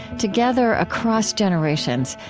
together, across generations,